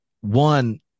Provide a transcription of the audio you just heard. One